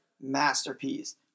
masterpiece